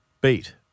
beat